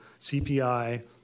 CPI